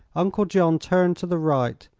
uncle john turned to the right,